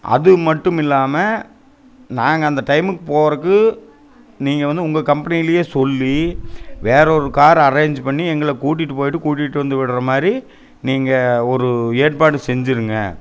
அது மட்டும் இல்லாமல் நாங்கள் அந்த டைமுக்கு போறதுக்கு நீங்கள் வந்து உங்கள் கம்பெனிலேயே சொல்லி வேறே ஒரு கார் அரேஞ்ச் பண்ணி எங்களை கூட்டிட்டு போயிட்டு கூட்டிட்டு வந்து விடுகிற மாதிரி நீங்கள் ஒரு ஏற்பாடு செஞ்சிடுங்க